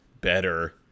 better